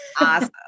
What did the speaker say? Awesome